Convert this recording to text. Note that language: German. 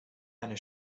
eine